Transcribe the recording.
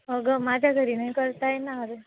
अगं माझ्या घरी नाही करता येणार